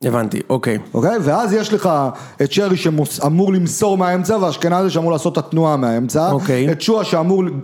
הבנתי, אוקיי. אוקיי, ואז יש לך את שרי שמור למסור מהאמצע והאשכנזי שאמור לעשות את התנועה מהאמצע. אוקיי. את שואה שמור...